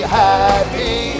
happy